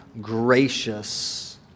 gracious